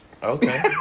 Okay